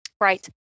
right